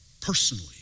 personally